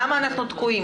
למה אנחנו תקועים?